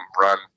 run